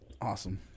Awesome